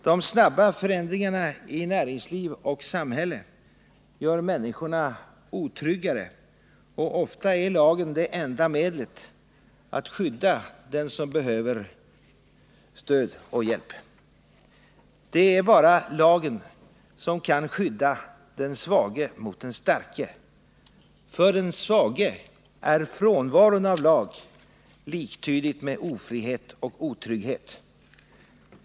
De snabba förändringarna i näringsliv och samhälle gör människorna otryggare, och ofta är lagen det enda medlet att skydda dem som behöver stöd och hjälp. Det är bara lagen som kan skydda den svage mot den starke. För den svage är frånvaron av lag liktydigt med ofrihet och otrygghet.